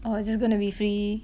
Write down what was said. or is this gonna be free